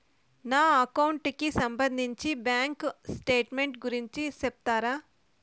నా అకౌంట్ కి సంబంధించి బ్యాంకు స్టేట్మెంట్ గురించి సెప్తారా